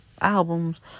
albums